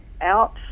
out